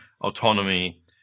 autonomy